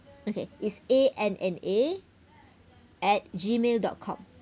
okay is A N N A at Gmail dot com